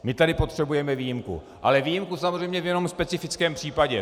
My tady potřebujeme výjimku, ale výjimku samozřejmě jenom ve specifickém případě.